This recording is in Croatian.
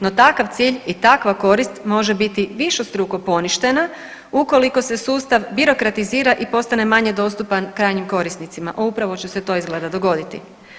No takav cilj i takva korist može biti višestruko poništena ukoliko se sustav birokratizira i postane manje dostupan krajnjim korisnicima, a upravo će se to izgleda dogoditi.